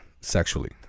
sexually